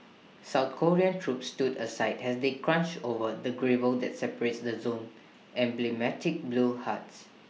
south Korean troops stood aside as they crunched over the gravel that separates the zone's emblematic blue huts